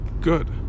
good